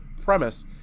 premise